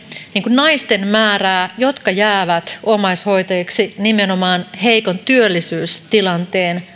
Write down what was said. naisten määrää jotka jäävät omaishoitajiksi nimenomaan heikon työllisyystilanteen